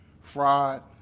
fraud